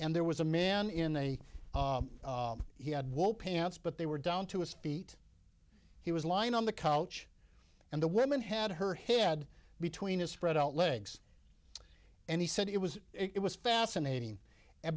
and there was a man in a he had wool pants but they were down to a speed he was lying on the couch and the woman had her head between his spread out legs and he said it was it was fascinating